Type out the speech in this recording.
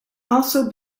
also